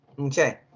Okay